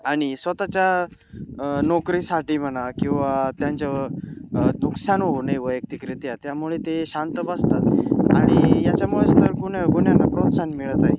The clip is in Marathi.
आणि स्वतःच्या नोकरीसाठी म्हणा किंवा त्यांचं नुकसान होऊ नये वैयक्तिकरीत्या त्यामुळे ते शांत बसतात आणि याच्यामुळेच तर गुन गुन्ह्यांना प्रोत्साहन मिळत आहे